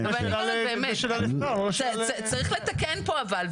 אבל אני אומרת, באמת, צריך לתקן פה אבל.